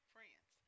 Friends